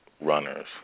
runners